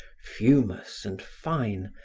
fumous and fine,